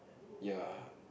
ya